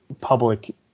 public